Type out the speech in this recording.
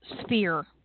sphere